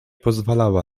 pozwalała